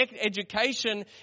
education